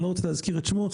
אני לא רוצה להזכיר את שמו,